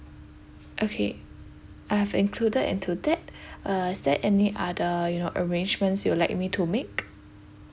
okay I've included into that uh is there any other you know arrangements you like me to make